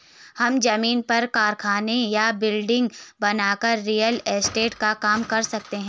हम जमीन पर कारखाना या बिल्डिंग बनाकर रियल एस्टेट का काम कर सकते है